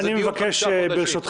נכון.